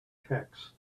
texts